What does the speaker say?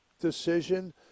decision